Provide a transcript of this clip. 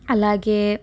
అలాగే